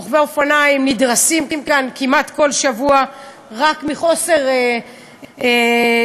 רוכבי אופניים נדרסים כאן כמעט כל שבוע רק מחוסר זהירות,